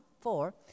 four